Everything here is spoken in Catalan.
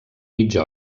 mitja